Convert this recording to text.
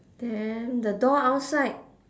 then the door outside